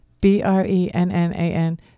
B-R-E-N-N-A-N